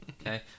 okay